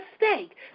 mistake